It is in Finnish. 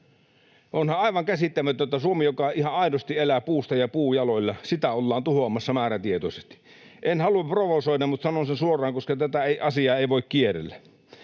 Onhan se aivan käsittämätöntä, että Suomea, joka ihan aidosti elää puusta ja puujaloilla, ollaan tuhoamassa määrätietoisesti. En halua provosoida, mutta sanon sen suoraan, koska tätä asiaa ei voi kierrellä.